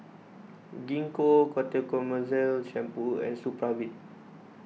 Gingko Ketoconazole Shampoo and Supravit